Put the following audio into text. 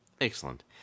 Excellent